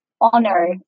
honor